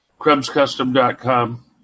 KrebsCustom.com